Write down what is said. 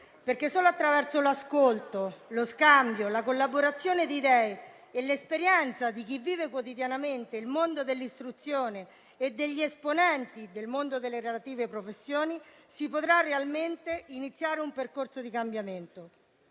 perché solo attraverso l'ascolto, lo scambio, la collaborazione di idee e l'esperienza di chi vive quotidianamente il mondo dell'istruzione e degli esponenti del mondo delle relative professioni si potrà realmente iniziare un percorso di cambiamento.